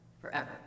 forever